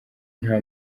nta